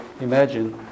imagine